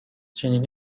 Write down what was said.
چنین